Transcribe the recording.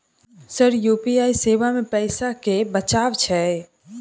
Sir UPI सेवा मे पैसा केँ बचाब छैय?